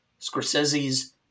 Scorsese's